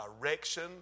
direction